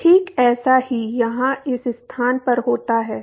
तो ठीक ऐसा ही यहाँ इस स्थान पर होता है